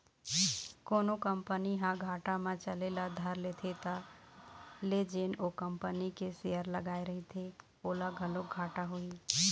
कोनो कंपनी ह घाटा म चले ल धर लेथे त ले जेन ओ कंपनी के सेयर लगाए रहिथे ओला घलोक घाटा होही